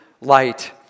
light